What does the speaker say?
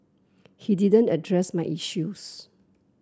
he didn't address my issues